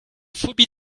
phobie